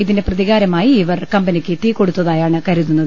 ഇതിന്റെ പ്രതികാരമായി ഇവർ കമ്പനിക്ക് തീകൊടുത്തായാണ് കരുതുന്നത്